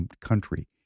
country